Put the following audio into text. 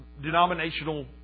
denominational